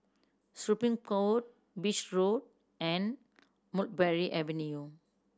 Supreme Court Beach Road and Mulberry Avenue